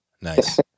nice